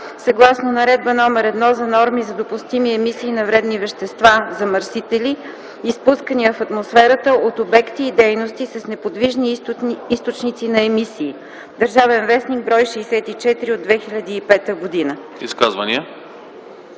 съгласно Наредба № 1 за норми за допустими емисии на вредни вещества (замърсители), изпускани в атмосферата от обекти и дейности с неподвижни източници на емисии (ДВ, бр. 64/2005 г.).”